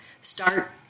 Start